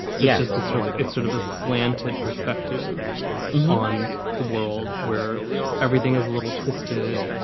yeah just a sort of it's sort of a slanted perspective on the world where everything is little twisted.